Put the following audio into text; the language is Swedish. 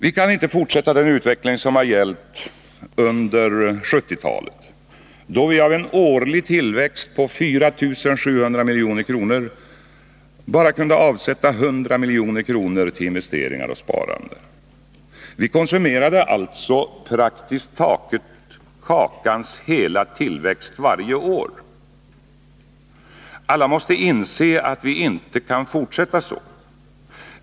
Vi kan inte låta utvecklingen under 1970-talet fortsätta, då vi av en årlig tillväxt på 4 700 milj.kr. bara kunde avsätta 100 milj.kr. till investeringar och sparande. Vi konsumerade alltså praktiskt taget kakans hela tillväxt. Alla måste inse att vi inte kan fortsätta så.